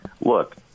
look